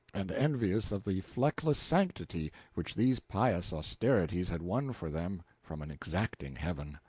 and envious of the fleckless sanctity which these pious austerities had won for them from an exacting heaven.